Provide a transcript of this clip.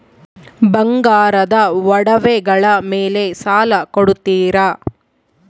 ಬಂಗಾರದ ಒಡವೆಗಳ ಮೇಲೆ ಸಾಲ ಕೊಡುತ್ತೇರಾ?